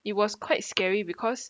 it was quite scary because